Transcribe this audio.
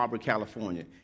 California